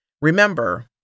Remember